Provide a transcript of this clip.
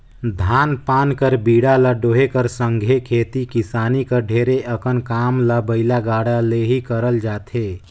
धान पान कर बीड़ा ल डोहे कर संघे खेती किसानी कर ढेरे अकन काम ल बइला गाड़ा ले ही करल जाथे